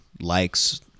likes